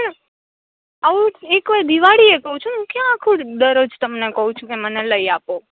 આવું એક વાર દિવાળીએ ક્યુ છું હું ક્યાં આખો દી દરોજ તમને ક્યુ છું કે મને લઈ આપો